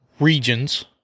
regions